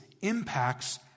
impacts